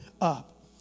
up